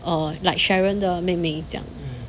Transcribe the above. err like sharon 的妹妹这样